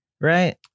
right